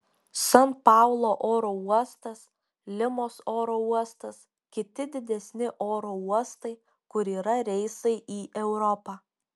san paulo oro uostas limos oro uostas kiti didesni oro uostai kur yra reisai į europą